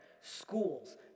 schools